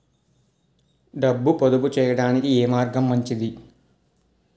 డబ్బు పొదుపు చేయటానికి ఏ మార్గం మంచిది?